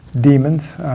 demons